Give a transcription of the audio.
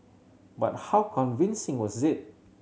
but how convincing was it